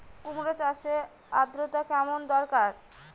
কুমড়ো চাষের আর্দ্রতা কেমন দরকার?